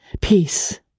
peace